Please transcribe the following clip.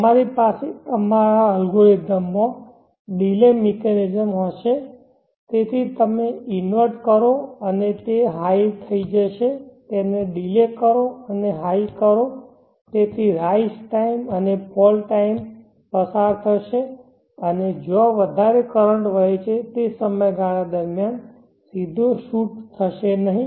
તમારી પાસે તમારા અલ્ગોરિધમ માં ડીલે મિકેનિઝમ હશે તેથી તમે ઇન્વર્ટ કરો અને પછી તે હાઈ થઈ જશે તેને ડીલે કરો અને તેને હાઈ કરો જેથી રાઇઝ ટાઈમ અને ફોલ ટાઈમ પસાર થશે અને જ્યાં વધારે કરંટ વહે છે તે સમયગાળા દરમિયાન સીધો શૂટ થશે નહીં